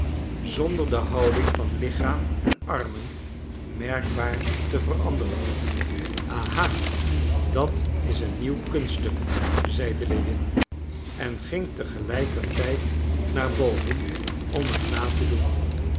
zonder de houding van lichaam en armen merkbaar te veranderen aha dat is een nieuw kunststuk zeide lewin en ging tegelijkertijd naar boven om het na te doen